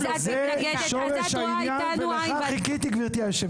אז את מתנגדת, את רואה אתנו עין בעין.